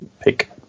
pick